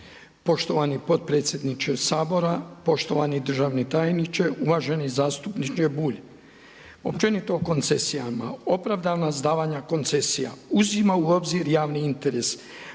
Poštovani potpredsjedniče Sabora, poštovani državni tajniče. Uvaženi zastupniče Bulj, općenito o koncesijama. Opravdanost davanja koncesija uzima u obzir javni interes,